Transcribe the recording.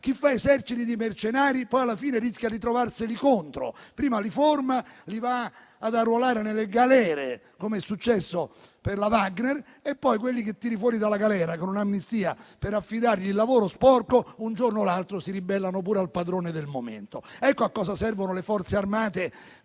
Chi fa eserciti di mercenari poi alla fine rischia di trovarseli contro: prima li forma, li va ad arruolare nelle galere, come è successo per la Wagner, e poi quelli tirati fuori dalla galera con un'amnistia per affidargli il lavoro sporco, un giorno o l'altro si ribellano pure al padrone del momento. A questo servono le Forze armate